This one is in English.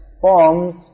forms